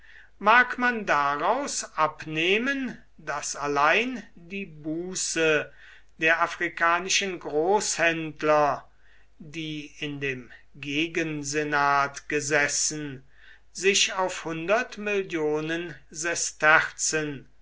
mag man daraus abnehmen daß allein die buße der afrikanischen großhändler die in dem gegensenat gesessen sich auf